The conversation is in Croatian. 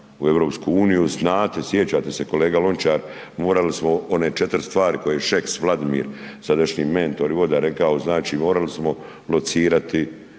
u EU, znate, sjećate se kolega Lončar, morali smo one 4 stvari koje je Šeks Vladimir, sadašnji mentor …/Govornik se ne razumije/…rekao, znači, morali smo locirati,